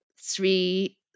three